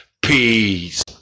Peace